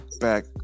back